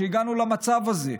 שהגענו למצב הזה,